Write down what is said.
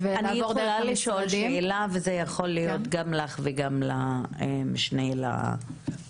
אני יכולה לשאול שאלה וזה יכול להיות גם לך וגם למשנה ליועמ"שית.